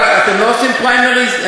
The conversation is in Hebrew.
אתם לא עושים פריימריז?